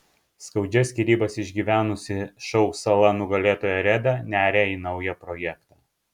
skaudžias skyrybas išgyvenusi šou sala nugalėtoja reda neria į naują projektą